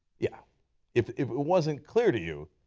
yeah if if it wasn't clear to you,